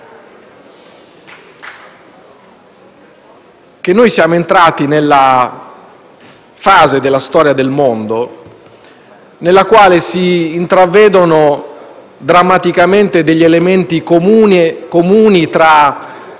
che siamo entrati nella fase della storia del mondo in cui si intravedono drammaticamente degli elementi comuni tra